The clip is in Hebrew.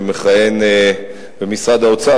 שמכהן במשרד האוצר,